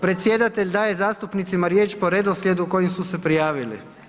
Predsjedatelj daje zastupnicima riječ po redoslijedu kojim su se prijavili.